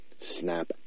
snap